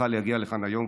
שטרחה להגיע לכאן היום.